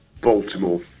Baltimore